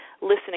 listening